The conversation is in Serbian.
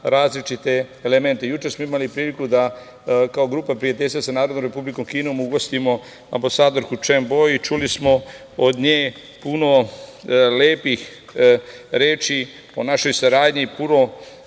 različite elemente. Juče smo imali priliku da kao Grupa prijateljstva sa Narodnom Republikom Kinom ugostimo ambasadorku Čen Bo i čuli smo od nje puno lepih reči o našoj saradnji, puno